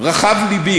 רחב לבי,